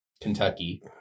Kentucky